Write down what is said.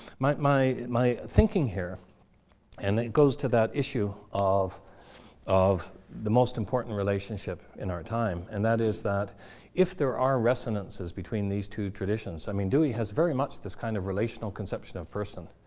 my my thinking here and it goes to that issue of of the most important relationship in our time, and that is that if there are resonances between these two traditions i mean dewey has very much this kind of relational conception of person.